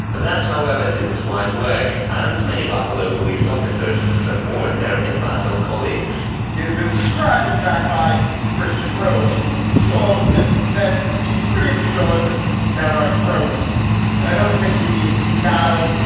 but that's, however, didn't quite work. and many buffalo police officers support their embattled colleagues he has been described, in fact, by christian rose, who shoved that description down our throats and i don't think he means embattled.